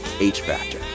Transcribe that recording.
H-Factor